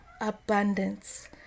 abundance